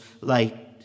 light